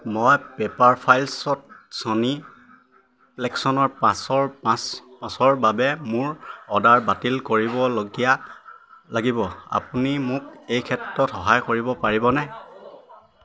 মই পেপাৰফ্ৰাইত Sony PlayStation পাঁচৰ পাঁচৰ বাবে মোৰ অৰ্ডাৰ বাতিল কৰিব লগীয়া লাগিব আপুনি মোক এই ক্ষেত্ৰত সহায় কৰিব পাৰিবনে